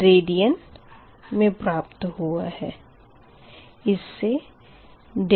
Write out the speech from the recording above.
यह रेडियन मे प्राप्त हुआ है